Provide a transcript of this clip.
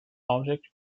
object